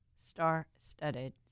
star-studded